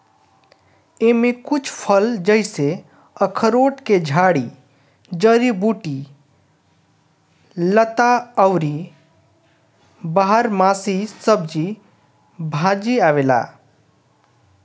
एमे कुछ फल जइसे अखरोट के झाड़ी, जड़ी बूटी, लता अउरी बारहमासी सब्जी भाजी आवेला